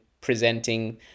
presenting